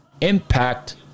Impact